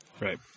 Right